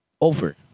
over